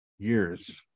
Years